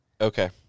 Okay